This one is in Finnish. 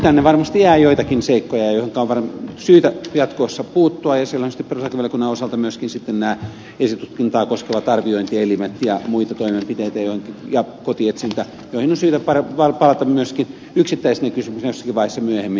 tänne varmasti jää joitakin seikkoja joihinka on syytä jatkossa puuttua ja siellä on tietysti perustuslakivaliokunnan osalta myöskin nämä esitutkintaa koskevat arviointielimet ja muita toimenpiteitä ja kotietsintä joihin on syytä palata yksittäisinä kysymyksinä jossakin vaiheessa myöhemmin